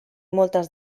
moltes